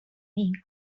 این